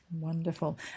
Wonderful